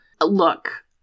Look